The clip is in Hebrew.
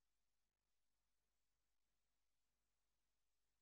לצערי זו רק עדות אחת מני רבות אשר מציגה את אחת החולשות של החברה